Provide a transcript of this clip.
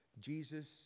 Jesus